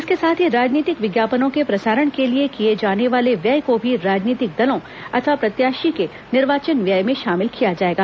इसके साथ ही राजनीतिक विज्ञापनों के प्रसारण के लिए किए जाने वाले व्यय को भी राजनीतिक दलों अथवा प्रत्याशी के निर्वाचन व्यय में शामिल किया जाएगा